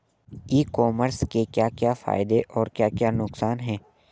ई commerce के क्या क्या फायदे और क्या क्या नुकसान है?